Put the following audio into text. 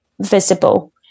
visible